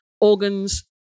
organs